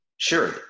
Sure